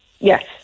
yes